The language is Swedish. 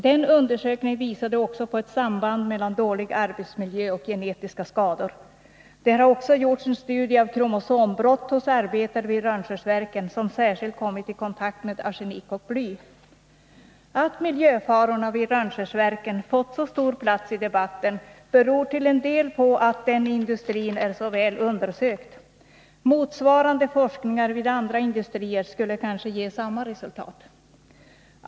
Den undersökningen visade också på ett samband mellan dålig arbetsmiljö och genetiska skador. Det har också gjorts en studie av kromosombrott hos arbetare vid Rönns särskilt kommit i kontakt med arsenik och bly. Att miljöfarorna vid Rönnskärsverken fått så stor plats i debatten beror till en del på att den industrin är så väl undersökt. Motsvarande forskningar vid andra industrier skulle kanske ge samma resultat.